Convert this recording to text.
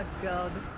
god.